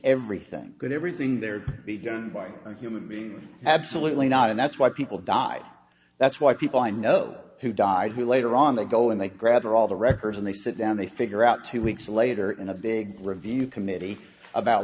everything good everything there be done by a human being absolutely not and that's why people died that's why people i know who died who later on they go in they grab her all the records and they sit down they figure out two weeks later in a big review committee about